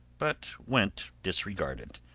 but went disregarded.